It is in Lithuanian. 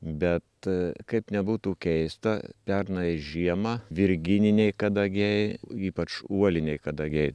bet kaip nebūtų keista pernai žiemą virgininiai kadagiai ypač uoliniai kadagiai